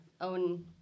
own